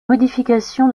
modification